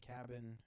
cabin